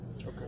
Okay